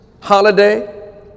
holiday